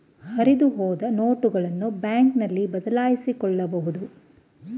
ಹರಿದುಹೋದ ನೋಟುಗಳನ್ನು ಬ್ಯಾಂಕ್ನಲ್ಲಿ ಬದಲಾಯಿಸಿಕೊಳ್ಳಬಹುದು